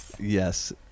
Yes